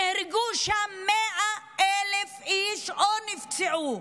נהרגו שם 100,000 איש או נפצעו,